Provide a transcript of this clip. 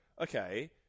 Okay